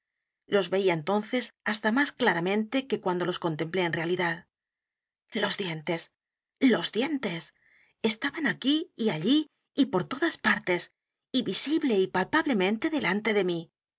los veía entonces hasta más claramente que cuando los contemplé en realidad los dientes los dientes estaban aquí y allí y por todas partes y visible y palpablemente delante de m